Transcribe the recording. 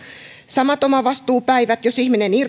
samat omavastuupäivät jos ihminen